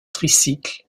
tricycle